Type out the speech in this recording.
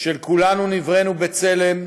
של "כולנו נבראנו בצלם"